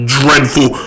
dreadful